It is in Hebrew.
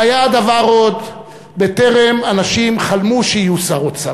היה הדבר עוד בטרם אנשים חלמו שיהיו שר אוצר.